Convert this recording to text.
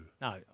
No